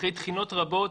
ואחרי תחינות רבות,